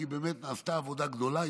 כי באמת נעשתה עבודה גדולה.